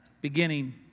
beginning